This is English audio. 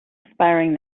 aspiring